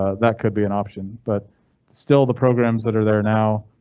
ah that could be an option, but still, the programs that are there now.